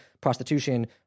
prostitution